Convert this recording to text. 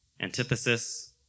antithesis